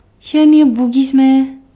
here near Bugis meh